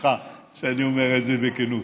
סליחה שאני אומר את זה בכנות,